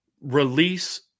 release